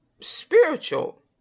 spiritual